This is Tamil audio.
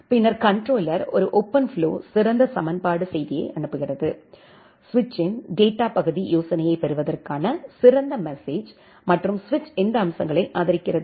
பின்னர் கண்ட்ரோலர் ஒரு ஓபன்ஃப்ளோ சிறந்த சமன்பாடு செய்தியை அனுப்புகிறது சுவிட்சின் டேட்டா பகுதி யோசனையைப் பெறுவதற்கான சிறந்த மெசேஜ் மற்றும் சுவிட்ச் எந்த அம்சங்களை ஆதரிக்கிறது